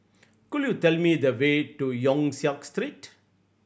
could you tell me the way to Yong Siak Street